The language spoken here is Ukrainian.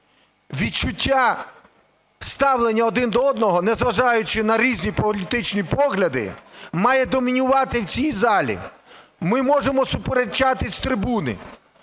Відчуття ставлення один до одного, не зважаючи на різні політичні погляди, має домінувати в цій залі. Ми можемо сперечатись з трибуни,